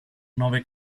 nove